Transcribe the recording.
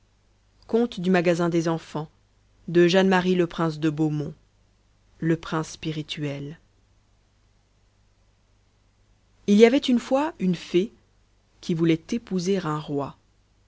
il y avait une fois une fée qui voulait épouser un roi